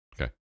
Okay